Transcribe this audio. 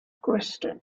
question